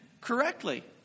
correctly